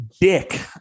dick